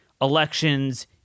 elections